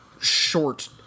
short